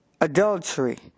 adultery